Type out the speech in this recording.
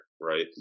right